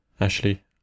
Ashley